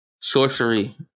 Sorcery